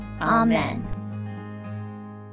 Amen